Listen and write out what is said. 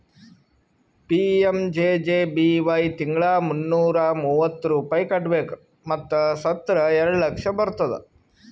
PMJJBY ತಿಂಗಳಾ ಮುನ್ನೂರಾ ಮೂವತ್ತು ರೂಪಾಯಿ ಕಟ್ಬೇಕ್ ಮತ್ ಸತ್ತುರ್ ಎರಡ ಲಕ್ಷ ಬರ್ತುದ್